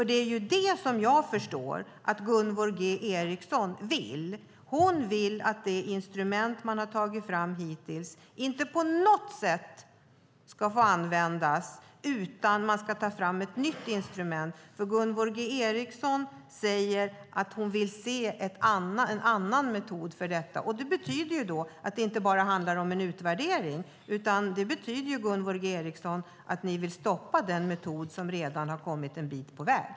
Det är det jag förstår att Gunvor G Ericson vill. Hon vill att det instrument som man hittills har tagit fram inte på något sätt ska få användas, utan man ska ta fram ett nytt instrument. Gunvor G Ericson säger att hon vill se en annan metod för detta. Det betyder att det inte bara handlar om en utvärdering, utan det betyder att ni vill stoppa den metod som man redan har kommit en bit på väg med.